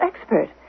expert